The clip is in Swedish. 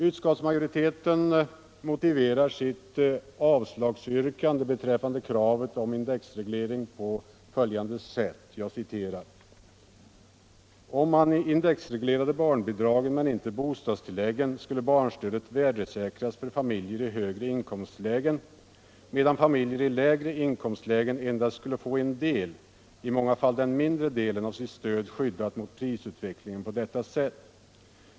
Utskottsmajoriteten motiverar sitt avslagsyrkande beträffande kravet på indexreglering på följande sätt: ”Om man indexreglerade barnbidragen men inte bostadstilläggen skulle barnstödet värdesäkras för familjer i högre inkomstlägen, medan familjer i lägre inkomstlägen endast skulle få en del — i många fall den mindre delen — av sitt stöd skyddat mot prisutvecklingen på detta sätt.